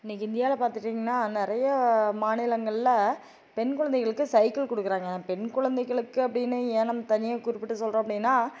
இன்னைக்கு இந்தியாவில் பார்த்துட்டீங்கன்னா நிறைய மாநிலங்களில் பெண் குழந்தைகளுக்கு சைக்கிள் கொடுக்குறாங்க பெண் குழந்தைகளுக்கு அப்படின்னு ஏன் நம் தனியாக குறிப்பிட்டு சொல்கிறோம் அப்படின்னா